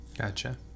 Gotcha